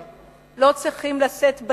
לא צריכים לשאת בנטל